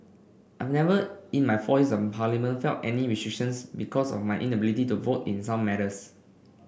I've never in my four years in Parliament felt any restrictions because of my inability to vote in some matters